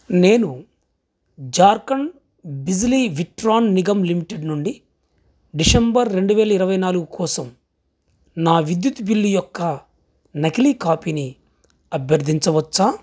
నేను జార్ఖండ్ బిజ్లీ విట్రాన్ నిగమ్ లిమిటెడ్ నుండి డిశంబర్ రెండు వేల ఇరవై నాలుగు కోసం నా విద్యుత్ బిల్లు యొక్క నకిలీ కాపీని అభ్యర్థించవచ్చా